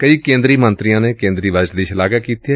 ਕਈ ਕੇਂਦਰੀ ਮੰਤਰੀਆਂ ਨੇ ਕੇਂਦਰੀ ਬਜਟ ਦੀ ਸ਼ਲਾਘਾ ਕੀਤੀ ਏ